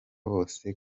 bose